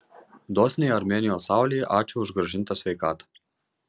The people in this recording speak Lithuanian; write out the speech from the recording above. dosniai armėnijos saulei ačiū už grąžintą sveikatą